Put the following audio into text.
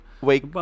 wake